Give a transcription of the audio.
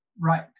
right